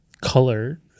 color